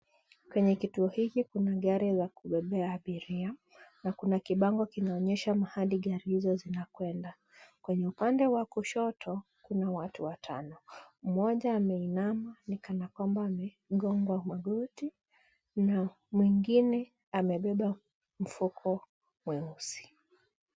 Kwenye kituo hiki kuna gari la kubebea abiria, na kuna kibango kinaonyesha mahali gari hizo zinakwenda. Kwenye upande wa kushoto, kuna watu watano. Mmoja ameinama, ni kana kwamba amegongwa magoti, na mwingine amebeba mfuko mweusi.